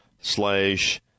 slash